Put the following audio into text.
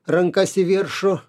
rankas į viršų